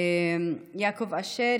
יעקב אשר,